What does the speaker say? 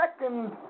second